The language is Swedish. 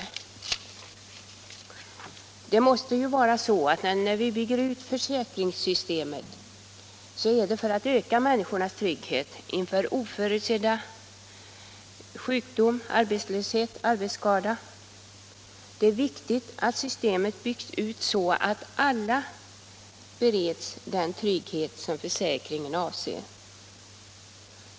När vi bygger ut försäkringssystemet är det ju för att öka människornas trygghet inför det oförutsedda — sjukdom, arbetslöshet, arbetsskada osv. Det är då viktigt att systemet utformas så att alla bereds den trygghet som försäkringen avser att ge.